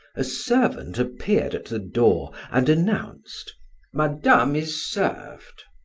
a servant appeared at the door and announced madame is served.